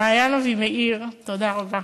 מעין אבימאיר, תודה רבה.